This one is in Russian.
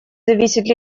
зависеть